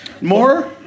More